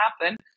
happen